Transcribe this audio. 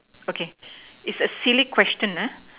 okay it's a silly question